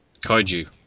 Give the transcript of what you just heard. Kaiju